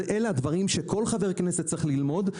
אלה הדברים שכל חבר כנסת צריך ללמוד.